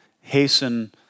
hasten